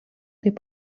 taip